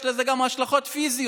יש לזה גם השלכות פיזיות,